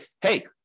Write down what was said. hey